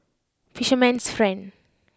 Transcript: fisherman's friend